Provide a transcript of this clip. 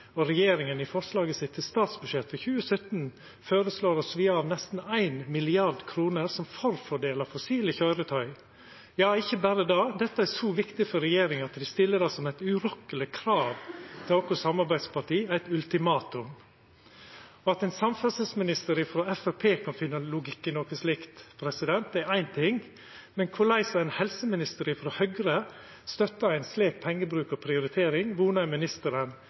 av nesten 1 mrd. kr til fordel for fossile køyretøy. Ja, ikkje berre det, dette er så viktig for regjeringa at dei stiller det som eit urokkeleg krav til sine samarbeidsparti – som eit ultimatum. At ein samferdselsminister frå Framstegspartiet kan finna logikk i noko slikt, er éin ting, men kvifor ein helseminister frå Høgre støttar ein slik pengebruk og ei slik prioritering, vonar eg ministeren